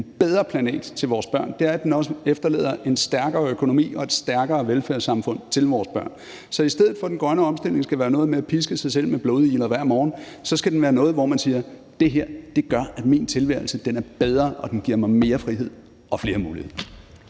en bedre planet til vores børn, men at den også efterlader en stærkere økonomi og et stærkere velfærdssamfund til vores børn. Så i stedet for at den grønne omstilling skal være noget med at piske sig selv med blodigler hver morgen, skal det være noget, hvor man siger: Det her gør, at min tilværelse er bedre og giver mig mere frihed og flere muligheder.